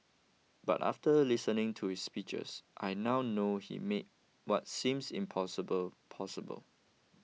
but after listening to his speeches I now know he made what seems impossible possible